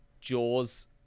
jaws